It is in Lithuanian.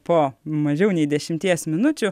po mažiau nei dešimties minučių